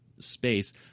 space